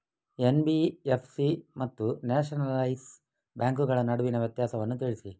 NBFC ಮತ್ತು nationalise ಬ್ಯಾಂಕುಗಳ ನಡುವಿನ ವ್ಯತ್ಯಾಸವನ್ನು ತಿಳಿಸಿ?